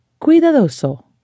Cuidadoso